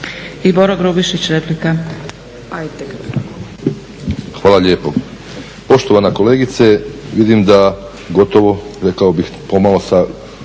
**Grubišić, Boro (HDSSB)** Hvala lijepo. Poštovana kolegice, vidim da gotovo rekao bih pomalo kao